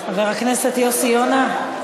חבר הכנסת יוסי יונה.